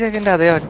and they